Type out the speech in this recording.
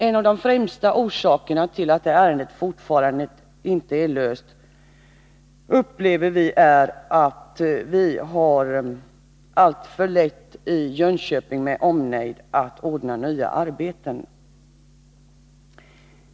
En av de främsta orsakerna till att detta ärende ännu inte är avslutat upplever vi vara att man anser att vi i Jönköping har alltför lätt att ordna nya arbeten.